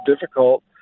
difficult